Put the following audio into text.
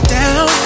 down